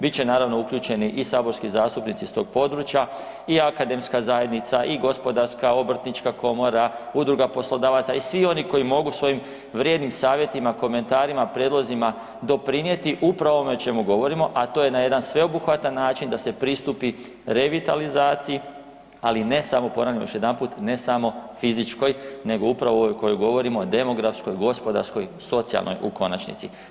Bit će naravno uključeni i saborski zastupnici iz tog područja i akademska zajednica i gospodarska, obrtnička komora, udruga poslodavaca i svi oni koji mogu svojim vrijednim savjetima, komentarima, prijedlozima, doprinijeti upravo ovome o čemu govorimo, a to je na jedan sveobuhvatan način da se pristupi revitalizaciji ali ne samo, ponavljam još jedanput, ne samo fizičkoj nego upravo ovoj o kojoj govorimo demografskoj, gospodarskoj, socijalnoj u konačnici.